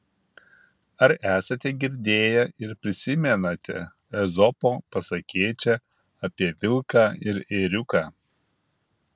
ar esate girdėję ir prisimenate ezopo pasakėčią apie vilką ir ėriuką